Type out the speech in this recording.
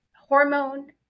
hormone